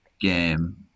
game